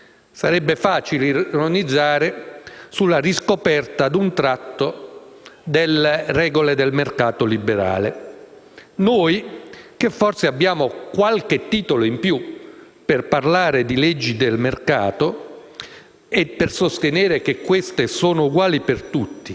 Sarebbe facile ironizzare sulla riscoperta, d'un tratto, delle regole del mercato liberale. Noi, che forse abbiamo qualche titolo in più per parlare di leggi del mercato e sostenere che esse sono uguali per tutti